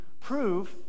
prove